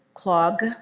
Clog